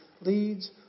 leads